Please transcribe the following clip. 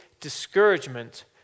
discouragement